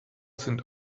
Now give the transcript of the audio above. sind